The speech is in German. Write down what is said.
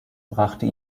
brachte